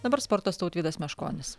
dabar sportas tautvydas meškonis